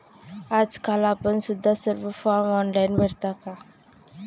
आजकाल आपण सुद्धा सर्व फॉर्म ऑनलाइन भरता का?